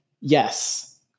yes